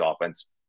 offense